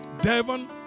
Devon